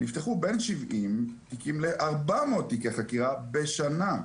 נפתחו בין שבעים תיקים לארבע מאות תיקי חקירה בשנה.